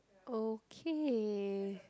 okay